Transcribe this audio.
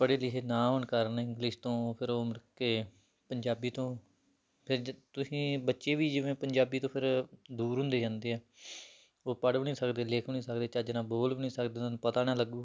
ਪੜ੍ਹੇ ਲਿਖੇ ਨਾ ਹੋਣ ਕਾਰਨ ਇੰਗਲਿਸ਼ ਤੋਂ ਫਿਰ ਉਹ ਮੁੜ ਕੇ ਪੰਜਾਬੀ ਤੋਂ ਫਿਰ ਜ ਤੁਸੀਂ ਬੱਚੇ ਵੀ ਜਿਵੇਂ ਪੰਜਾਬੀ ਤੋਂ ਫਿਰ ਦੂਰ ਹੁੰਦੇ ਜਾਂਦੇ ਆ ਉਹ ਪੜ੍ਹ ਵੀ ਨਹੀਂ ਸਕਦੇ ਲਿਖ ਵੀ ਨਹੀਂ ਸਕਦੇ ਚੱਜ ਨਾਲ ਬੋਲ ਵੀ ਨਹੀਂ ਸਕਦੇ ਉਹਨਾਂ ਨੂੰ ਪਤਾ ਨਾ ਲੱਗੂ